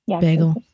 bagel